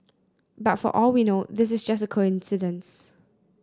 but for all we know this is just a coincidence